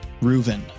Reuven